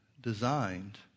designed